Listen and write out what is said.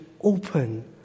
open